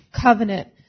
covenant